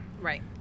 right